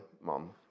mom